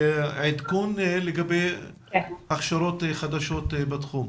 עדכון לגבי הכשרות חדשות בתחום.